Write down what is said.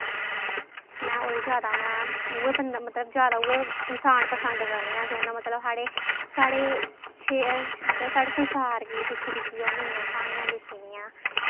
में ओह्दे जादा में उऐ बंदा मतलब जादा उ'यै इंसान पसंद करने आं जिनें मतलब साढ़े साढ़े छे मतलब साढ़े संसार गी दिक्खी दिक्खी उ'नें इन्नियां क्हानियां लिखी दियां